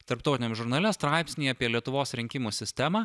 tarptautiniame žurnale straipsnį apie lietuvos rinkimų sistemą